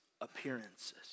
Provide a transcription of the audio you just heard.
appearances